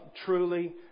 truly